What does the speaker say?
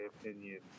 opinion